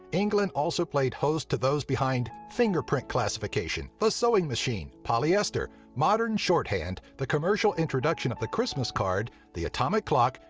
england also played host to those behind fingerprint classification, the but sewing machine, polyester, modern shorthand, the commercial introduction of the christmas card, the atomic clock,